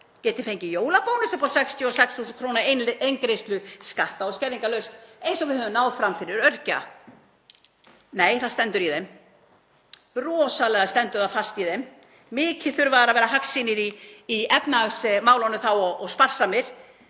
geti fengið jólabónus upp á 66.000 kr. eingreiðslu skatta- og skerðingarlaust, eins og við höfum náð fram fyrir öryrkja. Nei, það stendur í þeim, rosalega stendur það fast í þeim. Mikið þurfa þeir að vera hagsýnir í efnahagsmálunum þá og sparsamir,